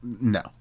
No